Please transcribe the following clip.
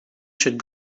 should